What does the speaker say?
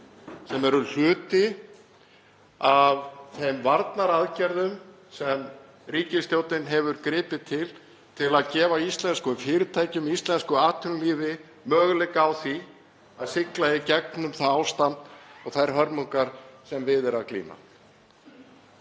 Þeir eru hluti af þeim varnaraðgerðum sem ríkisstjórnin hefur gripið til til að gefa íslenskum fyrirtækjum, íslensku atvinnulífi möguleika á því að sigla í gegnum það ástand og þær hörmungar sem við er að glíma.